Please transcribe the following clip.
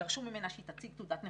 דרשו ממנה שהיא תציג תעודת נכה.